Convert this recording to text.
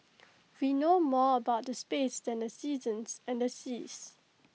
we know more about the space than the seasons and the seas